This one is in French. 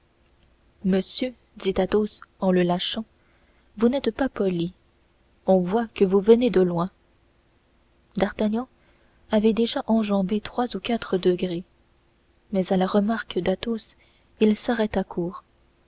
monsieur dit athos en le lâchant vous n'êtes pas poli on voit que vous venez de loin d'artagnan avait déjà enjambé trois ou quatre degrés mais à la remarque d'athos il s'arrêta court